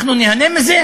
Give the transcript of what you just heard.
אנחנו ניהנה מזה?